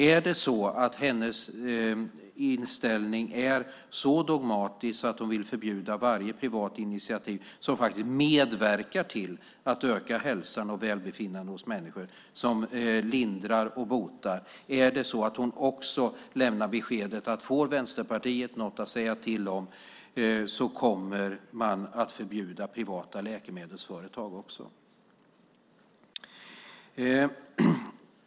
Är det så att hennes inställning är så dogmatisk att hon vill förbjuda varje privat initiativ som medverkar till att öka hälsan och välbefinnandet hos människor, som lindrar och botar? Lämnar hon beskedet att man kommer att förbjuda också privata läkemedelsföretag om Vänsterpartiet får något att säga till om?